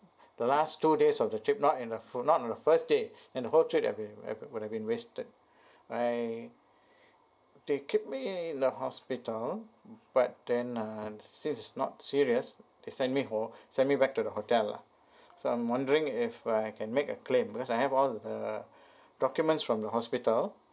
the last two days of the trip not in the fi~ not in the first day and the whole trip I've been I've been where I've been wasted I they keep me in the hospital um but then uh since it's not serious they send me ho~ send me back to the hotel lah so I'm wondering if I can make a claim because I have all the documents from the hospital